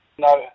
No